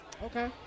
Okay